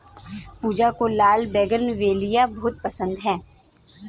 पूजा को लाल बोगनवेलिया बहुत पसंद है